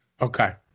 Okay